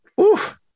Oof